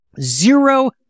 zero